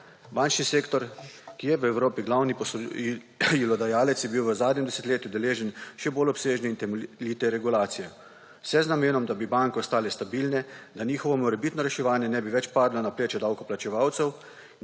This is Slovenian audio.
Bančni sektor, ki je v Evropi glavni posojilodajalec, je bil v zadnjem desetletju deležen še bolj obsežne in temeljite regulacije, vse z namenom, da bi banke ostale stabilne, da njihovo morebitno reševanje ne bi več padlo na pleča davkoplačevalcev,